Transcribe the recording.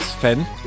Fan